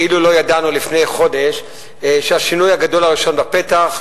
כאילו לא ידענו לפני חודש שהשינוי הגדול הראשון בפתח,